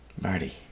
Marty